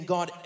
God